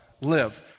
live